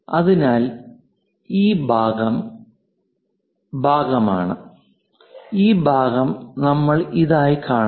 അതിനാൽ ഈ ഭാഗം ഈ ഭാഗമാണ് ഈ ഭാഗം നമ്മൾ ഇതായി കാണുന്നു